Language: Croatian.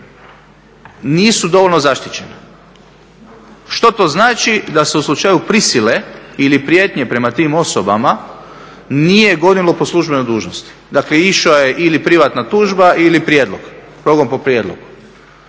nisu dovoljno zaštićena. Što to znači? Da se u slučaju prisile ili prijetnje prema tim osobama nije gonilo po službenoj dužnosti. Dakle, išao je ili privatna tužba ili prijedlog, progon po prijedlogu.